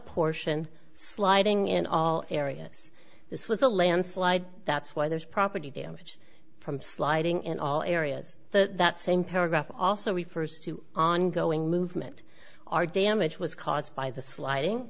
apportion sliding in all areas this was a landslide that's why there's property damage from sliding in all areas so that same paragraph also refers to ongoing movement are damage was caused by the sliding